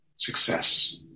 Success